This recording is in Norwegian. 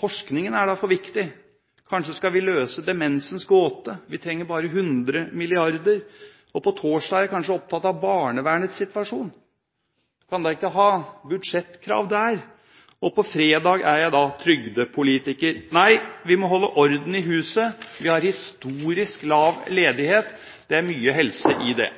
Forskningen er da for viktig. Kanskje skal vi løse demensens gåte. Vi trenger bare 100 mrd. kr. På torsdag er jeg kanskje opptatt av barnevernets situasjon. Vi kan da ikke ha budsjettkrav der. På fredag er jeg da trygdepolitiker. Nei, vi må holde orden i huset. Vi har historisk lav ledighet – det er mye helse i det.